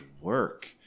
work